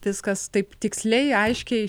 viskas taip tiksliai aiškiai